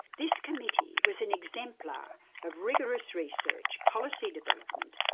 this committee was an exemplar of rigorous research, policy development,